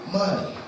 money